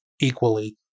equally